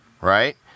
right